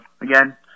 Again